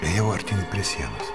jau artėjau prie sienos